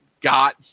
got